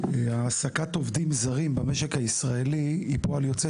העסקת עובדים זרים במשק הישראלי היא פועל יוצא